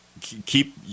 keep